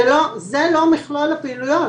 זה לא מכלול הפעילויות.